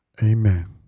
Amen